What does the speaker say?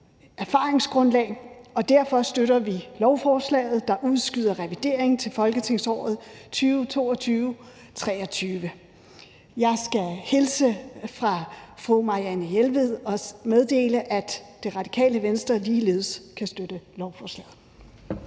derfor støtter vi lovforslaget, der udskyder revidering til folketingsåret 2022/23. Jeg skal hilse fra fru Marianne Jelved og meddele, at Radikale Venstre ligeledes kan støtte lovforslaget.